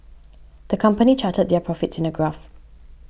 the company charted their profits in a graph